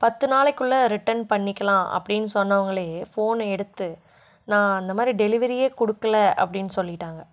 பத்து நாளைக்குள்ள ரிட்டன் பண்ணிக்கலாம் அப்படின்னு சொன்னவங்களே ஃபோனை எடுத்து நான் அந்த மாதிரி டெலிவரியே கொடுக்கல அப்படின் சொல்லிட்டாங்கள்